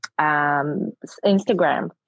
Instagram